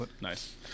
Nice